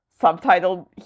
subtitled